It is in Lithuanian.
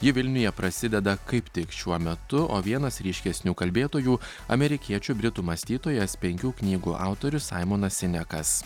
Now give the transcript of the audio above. ji vilniuje prasideda kaip tik šiuo metu o vienas ryškesnių kalbėtojų amerikiečių britų mąstytojas penkių knygų autorius saimonas sinekas